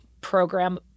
program